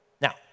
Now